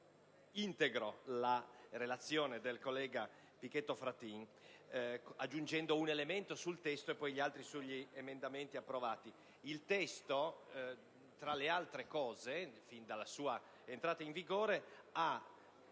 Il testo, tra le altre cose, fin dalla sua entrata in vigore, ha